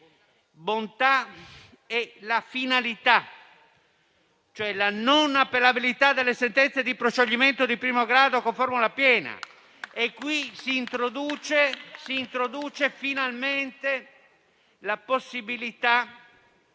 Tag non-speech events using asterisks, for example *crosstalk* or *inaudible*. bontà e la finalità, il principio della non appellabilità delle sentenze di proscioglimento di primo grado con formula piena. *applause* Qui si introduce finalmente la possibilità